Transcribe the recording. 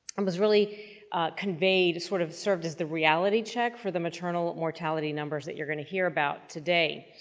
um was really conveyed sort of served as the reality check for the maternal mortality numbers that you're going to hear about today.